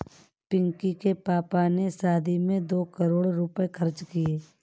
पिंकी के पापा ने शादी में दो करोड़ रुपए खर्च किए